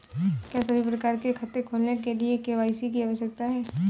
क्या सभी प्रकार के खाते खोलने के लिए के.वाई.सी आवश्यक है?